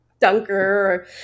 dunker